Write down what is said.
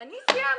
אני סיימתי?